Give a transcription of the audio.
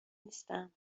نیستم